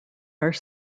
are